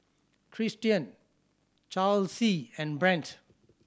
Tristian Charlsie and Brent